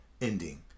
ending